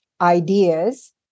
ideas